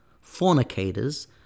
fornicators